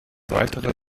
weitere